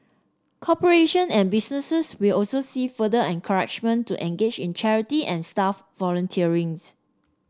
corporation and businesses will also see further encouragement to engage in charity and staff volunteerism